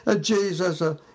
Jesus